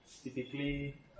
typically